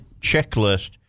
checklist